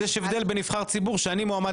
אז יש הבדל בין נבחר ציבור שאני מועמד